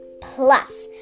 Plus